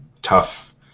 tough